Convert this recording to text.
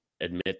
admit